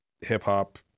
Hip-hop